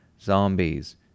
zombies